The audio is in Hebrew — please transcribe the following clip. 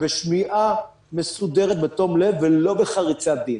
בשמיעה מסודרת ולא בחריצת דין.